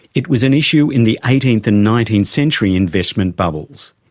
it was an issue in the eighteenth and nineteenth century investment bubbles.